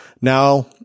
Now